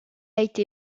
été